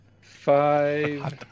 Five